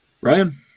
Ryan